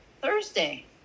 Thursday